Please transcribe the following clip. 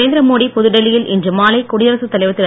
நரேந்திரேமோடி புதுடெல்லியில் இன்று மாலை குடியரசுத் தலைவர் திரு